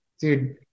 dude